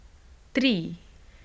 three